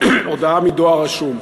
הודעה מדואר רשום.